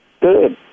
Good